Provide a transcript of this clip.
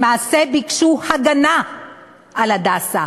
למעשה ביקשו הגנה על "הדסה".